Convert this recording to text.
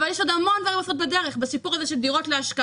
יש עוד המון דברים שאפשר לעשות בדרך בסיפור של דירות להשקעה,